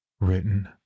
Written